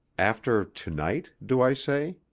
after to-night, do i say?